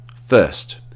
First